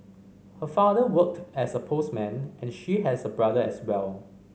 her father worked as a postman and she has a brother as well